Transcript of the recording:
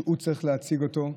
שהוא צריך להציג אותו,